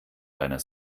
deiner